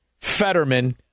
Fetterman